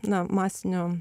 na masinio